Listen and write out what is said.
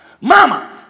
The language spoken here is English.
mama